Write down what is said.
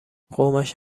قومش